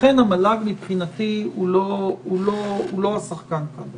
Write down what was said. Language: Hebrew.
לכן המל"ג מבחינתי הוא לא השחקן כאן.